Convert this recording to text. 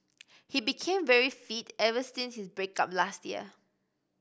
he became very fit ever since his break up last year